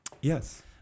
Yes